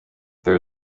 there